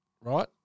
right